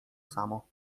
samo